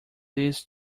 this